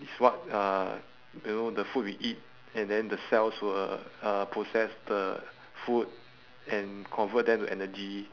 it's what uh you know the food we eat and then the cells will uh process the food and convert them to energy